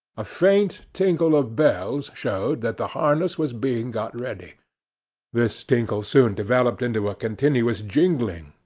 a faint tinkle of bells showed that the harness was being got ready this tinkle soon developed into a continuous jingling,